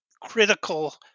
critical